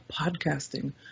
podcasting